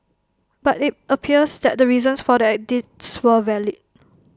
but IT appears that the reasons for the edits were valid